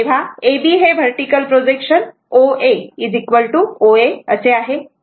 तेव्हा हे AB vertical projection OA आहे